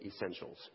essentials